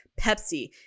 Pepsi